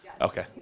Okay